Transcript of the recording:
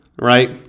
right